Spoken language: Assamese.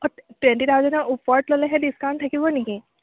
অ' টুৱেণ্টি থাউজেণ্ডৰ ওপৰত ল'লেহে ডিছকাউণ্ট থাকিব নেকি